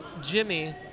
Jimmy